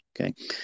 Okay